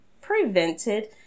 prevented